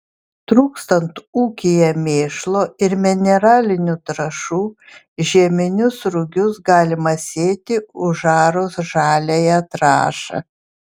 trūkstant ūkyje mėšlo ir mineralinių trąšų žieminius rugius galima sėti užarus žaliąją trąšą